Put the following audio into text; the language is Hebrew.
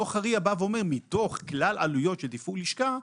דוח ה-RIA אומר שמתוך כלל העלויות של תפעול לשכה,